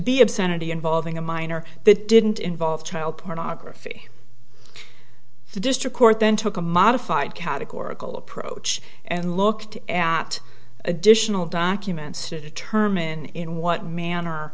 be obscenity involving a minor that didn't involve child pornography the district court then took a modified categorical approach and looked at additional documents to determine in what manner